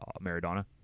Maradona